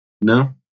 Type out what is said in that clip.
no